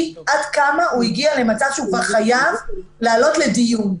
עד כמה הוא הגיע למצב שהוא חייב לעלות לדיון.